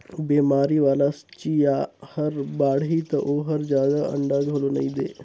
बेमारी वाला चिंया हर बाड़ही त ओहर जादा अंडा घलो नई दे